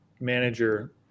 manager